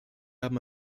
haben